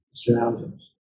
surroundings